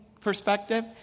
perspective